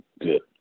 Good